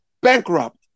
Bankrupt